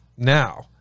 Now